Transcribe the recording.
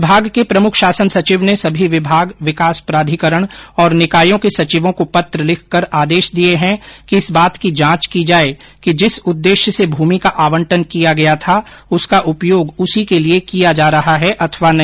विभाग के प्रमुख शासन सचिव ने सभी विभाग विकास प्राधिकरण और निकायों के सचिवों को पत्र लिखकर आर्देश दिये है कि इस बात की जांच की जाये कि जिस उद्देश्य से भूमि का आंवटन किया गया था उसका उपयोग उसी के लिये किया जा रहा है अथवा नहीं